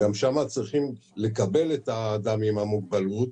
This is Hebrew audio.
גם שם צריך לקבל את האדם עם המוגבלות,